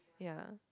ya